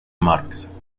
marx